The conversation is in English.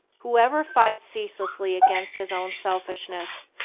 whoever fights ceaselessly against his own selfishness,